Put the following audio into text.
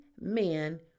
men